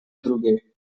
drugiej